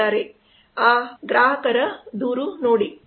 ಆ ಆಗಿದೆ ಗ್ರಾಹಕ ದೂರು ನೋಡಿ